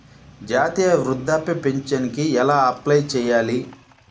జాతీయ వృద్ధాప్య పింఛనుకి ఎలా అప్లై చేయాలి?